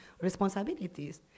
responsibilities